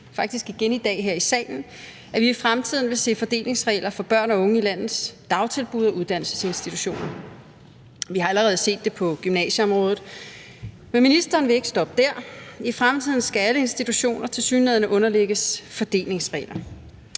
faktisk igen i dag her i salen – at vi i fremtiden vil se fordelingsregler for børn og unge i landets dagtilbud og uddannelsesinstitutioner. Vi har allerede set det på gymnasieområdet, men ministeren vil ikke stoppe der. I fremtiden skal alle institutioner tilsyneladende underlægges fordelingsregler.